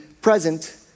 present